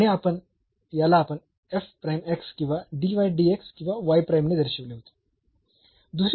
आणि याला आपण किंवा किंवा ने दर्शविले होते